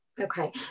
Okay